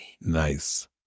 Nice